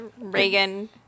Reagan